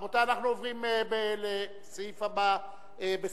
רבותי, אנחנו עוברים לסעיף הבא בסדר-היום,